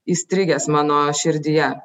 įstrigęs mano širdyje